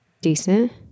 decent